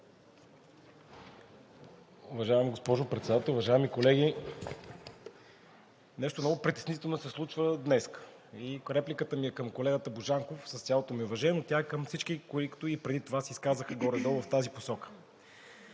Уважаема госпожо Председател, уважаеми колеги! Нещо много притеснително се случва днес и репликата ми е към колегата Божанков, с цялото ми уважение, но тя е и към всички колеги, които преди това се изказаха горе-долу в тази посока.